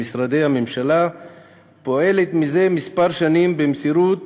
משרדי הממשלה פועלת מזה שנים מספר במסירות